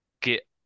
get